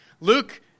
Luke